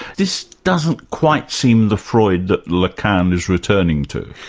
this doesn't quite seem the freud that lacan is returning to.